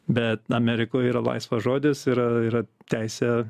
bet amerikoj yra laisvas žodis yra yra teisė